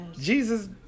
Jesus